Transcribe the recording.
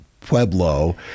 pueblo